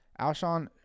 Alshon